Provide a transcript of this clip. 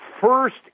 first